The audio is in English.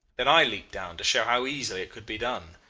then i leaped down to show how easily it could be done.